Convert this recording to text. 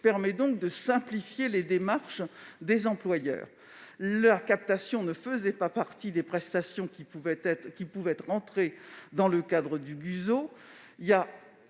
permet de simplifier les démarches des employeurs. Les captations ne faisaient pas partie des prestations entrant dans le cadre du GUSO,